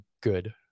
good